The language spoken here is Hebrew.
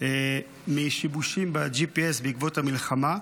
מהשיבושים ב-GPS בעקבות המלחמה.